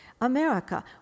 America